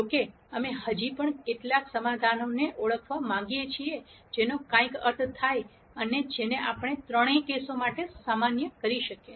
જો કે અમે હજી પણ કેટલાક સમાધાનોને ઓળખવા માંગીએ છીએ જેનો કાઈક અર્થ થાય અને જેને આપણે ત્રણેય કેસો માટે સામાન્ય કરી શકીએ